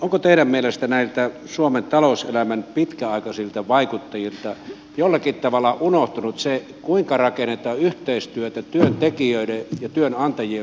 onko mielestänne näiltä suomen talouselämän pitkäaikaisilta vaikuttajilta jollakin tavalla unohtunut se kuinka rakennetaan yhteistyötä työntekijöiden ja työantajien välillä